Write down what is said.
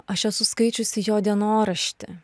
aš esu skaičiusi jo dienoraštį